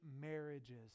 marriages